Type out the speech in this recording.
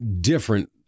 different